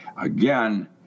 again